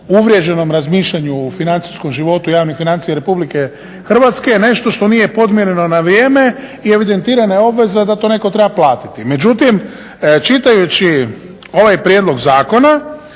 uvriježenom razmišljanju u financijskom životu javnih financija Republike Hrvatske nešto što nije podmireno na vrijeme i evidentirana je obveza da to netko treba platiti. Međutim, čitajući ovaj prijedlog zakona